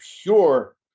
pure